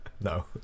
No